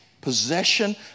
possession